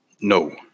no